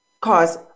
cause